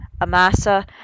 Amasa